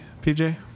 PJ